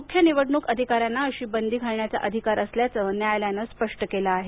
मुख्य निवडणूक अधिकाऱ्यांना अशी बंदी घालण्याचा अधिकार असल्याचं न्यायालयानं स्पष्ट केलं आहे